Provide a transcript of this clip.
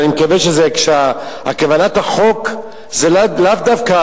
ואני מקווה שכוונת החוק היא לאו דווקא